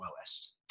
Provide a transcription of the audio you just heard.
lowest